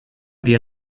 día